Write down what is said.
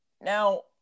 Now